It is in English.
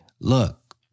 look